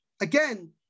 again